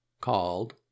called